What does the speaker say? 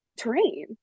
terrain